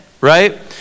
right